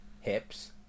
hips